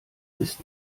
ist